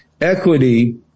equity